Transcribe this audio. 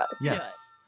yes